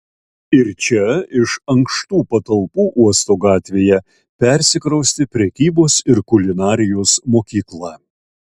ir čia iš ankštų patalpų uosto gatvėje persikraustė prekybos ir kulinarijos mokykla